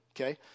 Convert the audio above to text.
okay